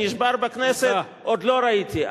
שיא כזה שנשבר בכנסת עוד לא ראיתי.